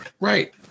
right